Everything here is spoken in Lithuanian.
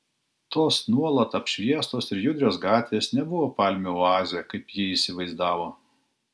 tos nuolat apšviestos ir judrios gatvės nebuvo palmių oazė kaip ji įsivaizdavo